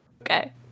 Okay